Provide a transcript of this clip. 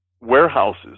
warehouses